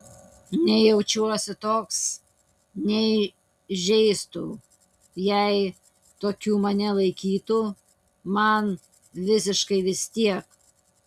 nei jaučiuosi toks nei žeistų jei tokiu mane laikytų man visiškai vis tiek